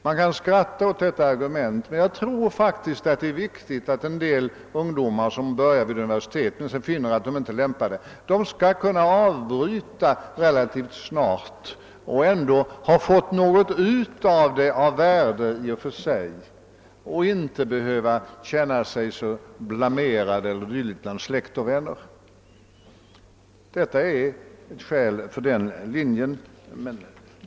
Man kan skratta åt detta argument, men jag tror faktiskt att det är viktigt att en del ungdomar, som börjar universitetsstudier men finner att de inte är lämpade härför, skall kunna avbryta studierna relativt snart och ändå ha fått ut något av värde av dem och inte behöva känna sig så blamerade bland släkt och vänner. Detta är ett skäl för den linjen.